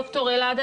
ד"ר אלעד,